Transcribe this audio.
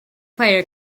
player